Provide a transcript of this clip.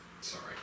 sorry